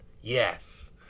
yes